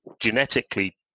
genetically